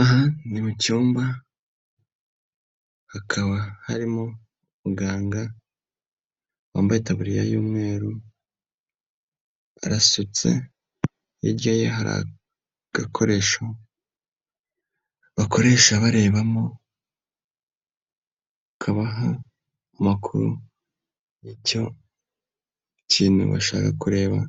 Aha ni mu cyumba, hakaba harimo muganga wambaye itabuririya y'umweru, arasutse, hiryaye hari agakoresho bakoresha barebamo akabaha amakuru y'icyo ashaka kureba